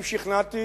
אם שכנעתי